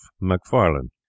macfarlane